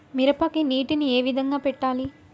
మిరపకి నీటిని ఏ విధంగా పెట్టాలి?